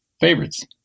favorites